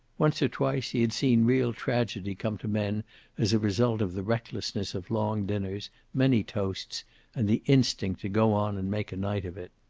once or twice he had seen real tragedy come to men as a result of the recklessness of long dinners, many toasts and the instinct to go on and make a night of it.